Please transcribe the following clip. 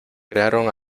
crearon